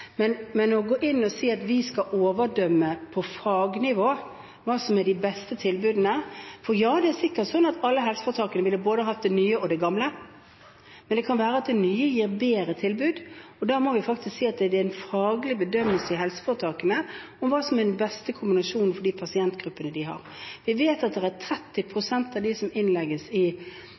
men ikke gå inn og si at vi skal overprøve på fagnivå hva som er de beste tilbudene. Det er sikkert sånn at alle helseforetakene ville hatt både det nye og det gamle, men det kan være at det nye gir bedre tilbud, og da må vi si at det er en faglig bedømmelse i helseforetakene av hva som er den beste kombinasjonen for de pasientgruppene de har. Vi vet at hvis 30 pst. av dem som innlegges i